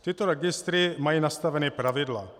Tyto registry mají nastavena pravidla.